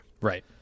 Right